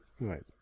Right